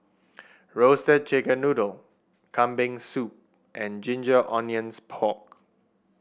Roasted Chicken Noodle Kambing Soup and Ginger Onions Pork